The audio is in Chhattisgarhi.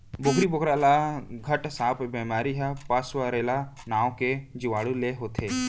बोकरी बोकरा ल घट सांप बेमारी ह पास्वरेला नांव के जीवाणु ले होथे